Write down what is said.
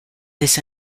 this